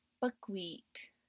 buckwheat